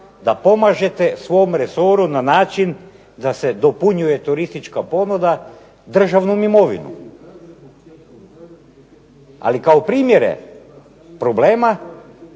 da pomažete svom resoru na način da se dopunjuje turistička ponuda državnom imovinom, ali kao primjere problema